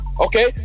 Okay